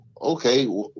Okay